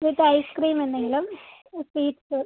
വിത്ത് ice cream എന്തെങ്കിലും sweets